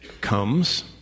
comes